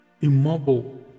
immobile